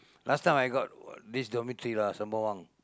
last time I got this dormitory lah Sembawang